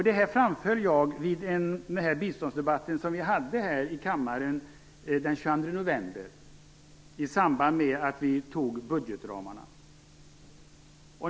Detta framhöll jag vid den biståndsdebatt som vi hade här i kammaren den 22 november i samband med att vi antog budgetramarna.